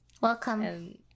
Welcome